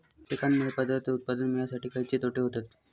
कीटकांनमुळे पदार्थ उत्पादन मिळासाठी खयचे तोटे होतत?